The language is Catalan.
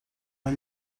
les